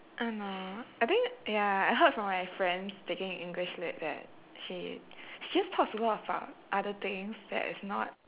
I don't know I think ya I heard from my friends taking english lit that she she just talks a lot about other things that is not